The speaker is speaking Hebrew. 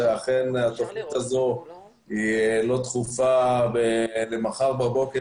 שאכן התוכנית הזו היא לא דחופה למחר בבוקר